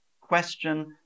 Question